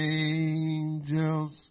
angels